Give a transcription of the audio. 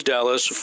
Dallas